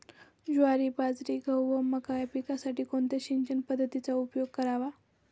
ज्वारी, बाजरी, गहू व मका या पिकांसाठी कोणत्या सिंचन पद्धतीचा उपयोग करावा?